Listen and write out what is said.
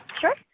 Sure